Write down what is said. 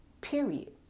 period